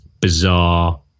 bizarre